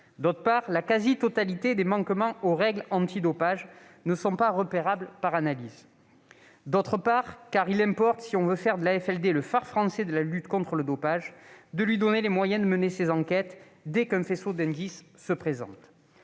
D'une part, la quasi-totalité des manquements aux règles antidopage ne sont pas repérables par analyse. D'autre part, il importe, si l'on veut faire de l'AFLD le phare français de la lutte contre le dopage, de lui donner les moyens de mener ses enquêtes dès qu'un faisceau d'indices se présente.